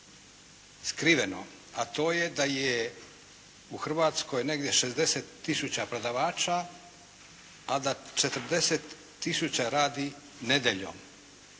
skriveno, a to je da je u Hrvatskoj negdje 60 tisuća prodavača, a da 40 tisuća radi nedjeljom.